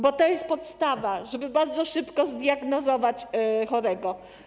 Bo to jest podstawa, żeby bardzo szybko zdiagnozować chorego.